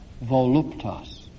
voluptas